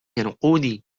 نقودي